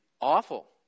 awful